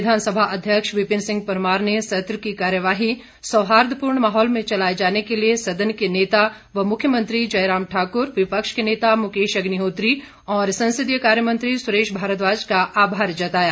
विधानसभा अध्यक्ष विपिन सिंह परमार ने सत्र की कार्यवाही सौहार्दपूर्ण माहौल में चलाए जाने के लिए सदन के नेता व मुख्यमंत्री जयराम ठाक्र विपक्ष के नेता मुकेश अग्निहोत्री और संसदीय कार्यमंत्री सुरेश भारद्वाज का आभार जताया